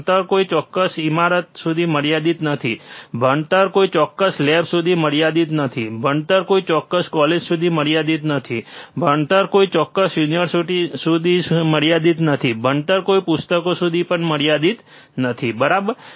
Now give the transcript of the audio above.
ભણતર કોઈ ચોક્કસ ઈમારત સુધી મર્યાદિત નથી ભણતર કોઈ ચોક્કસ લેબ સુધી મર્યાદિત નથી ભણતર કોઈ ચોક્કસ કોલેજ સુધી મર્યાદિત નથી ભણતર કોઈ ચોક્કસ યુનિવર્સિટી સુધી મર્યાદિત નથી ભણતર કોઈ પુસ્તકો સુધી પણ મર્યાદિત નથી બરાબર